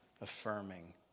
affirming